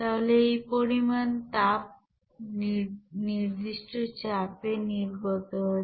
তাহলে এই পরিমান তাপ নির্দিষ্ট চাপে নির্গত হচ্ছে